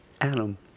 Adam